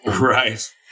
Right